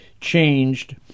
changed